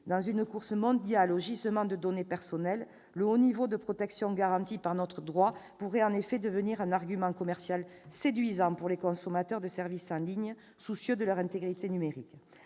dans une course mondiale aux gisements de données personnelles, le haut niveau de protection garanti par notre droit pourrait en effet devenir un argument commercial séduisant pour des consommateurs de services en ligne soucieux de leur intégrité numérique.